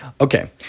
Okay